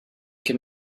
can